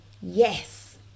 yes